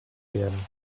werden